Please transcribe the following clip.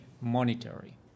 monetary